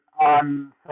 on